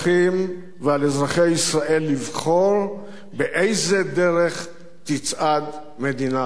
ועל אזרחי ישראל לבחור באיזו דרך תצעד מדינת ישראל,